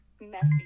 messy